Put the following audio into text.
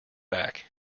back